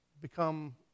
become